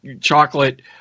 chocolate